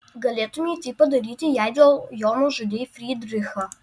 galėtumei tai padaryti jei dėl jo nužudei frydrichą